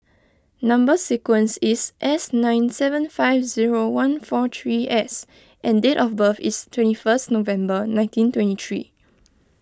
Number Sequence is S nine seven five zero one four three S and date of birth is twenty first November nineteen twenty three